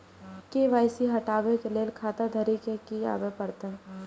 KYC हटाबै के लैल खाता धारी के भी आबे परतै?